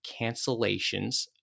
cancellations